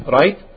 right